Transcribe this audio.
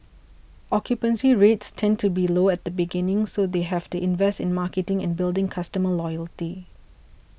occupancy rates tend to be low at the beginning so they have to invest in marketing and building customer loyalty